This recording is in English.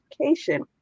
education